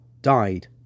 died